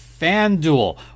FanDuel